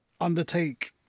undertake